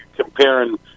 comparing